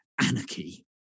anarchy